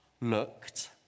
looked